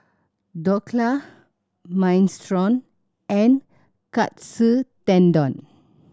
Dhokla Minestrone and Katsu Tendon